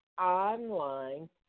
online